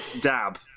dab